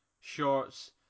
shorts